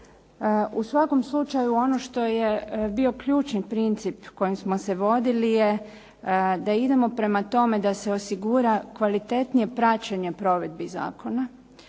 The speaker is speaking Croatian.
U svakom slučaju ono što je bio ključni princip kojim smo se vodili je da idemo prema tome da se osigura kvalitetnije praćenje provedbi zakona.